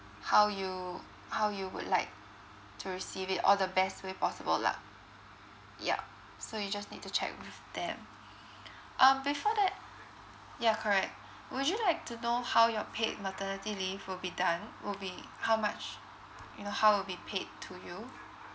how you how you would like to receive it or the best way possible lah yup so you just need to check with them um before that yeah correct would you like to know how your paid maternity leave will be done will be how much you know how will be paid to you